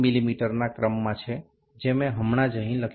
મીના ક્રમમાં છે જે મેં હમણાં જ અહીં લખ્યું છે